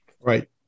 Right